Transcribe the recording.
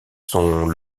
sont